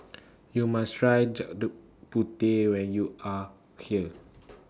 YOU must Try Gudeg Putih when YOU Are here